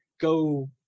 go